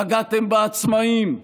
פגעתם בעצמאים,